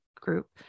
group